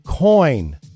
coin